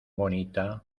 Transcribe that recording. bonita